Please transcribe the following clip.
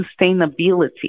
sustainability